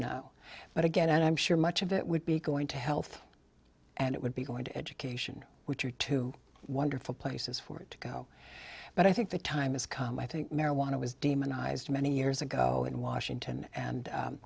no but again i'm sure much of it would be going to health and it would be going to education which are two wonderful places for it to go but i think the time has come i think marijuana was demonized many years ago in washington and